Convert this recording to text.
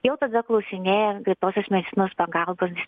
jau tada klausinėja greitosios medicinos pagalbos